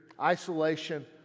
isolation